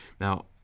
Now